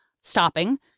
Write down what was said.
stopping